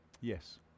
Yes